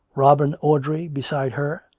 robin audrey beside her,